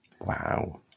Wow